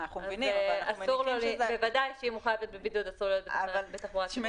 אוקיי, תקנה